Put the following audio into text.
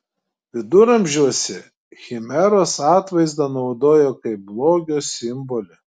viduramžiuose chimeros atvaizdą naudojo kaip blogio simbolį